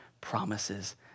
promises